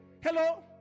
hello